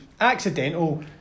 accidental